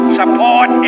support